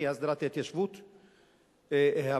הסדרת ההתיישבות הבדואית,